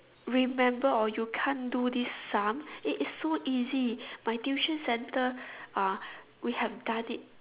remember or you can't do this sum it is so easy my tuition centre uh we have done it